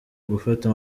gufata